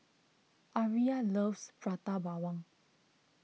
Aria loves Prata Bawang